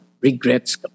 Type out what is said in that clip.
regrets